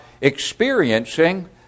experiencing